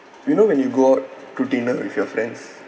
you know when you go out to dinner with your friends